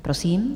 Prosím.